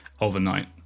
overnight